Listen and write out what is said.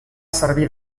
servir